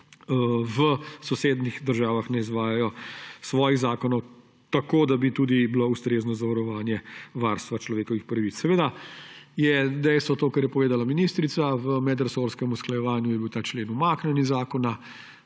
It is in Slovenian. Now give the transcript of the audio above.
v sosednjih državah ne izvajajo svojih zakonov tako, da bi tudi bilo ustrezno zavarovanje varstva človekovih pravic. Seveda je dejstvo to, kar je povedala ministrica. V medresorskem usklajevanju je bil ta člen umaknjen iz zakona,